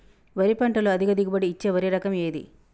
వరి పంట లో అధిక దిగుబడి ఇచ్చే వరి రకం ఏది?